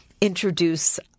introduce